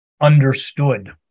understood